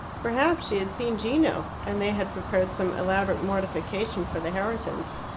perhaps she had seen gino, and they had prepared some elaborate mortification for the herritons.